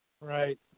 Right